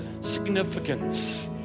significance